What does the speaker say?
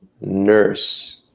nurse